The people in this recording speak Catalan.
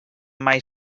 mai